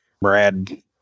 Brad